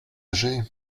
âgé